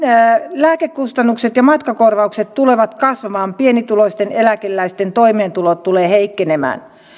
lääkekustannukset ja matkakorvaukset tulevat kasvamaan pienituloisten ja eläkeläisten toimeentulo tulee heikkenemään